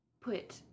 put